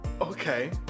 Okay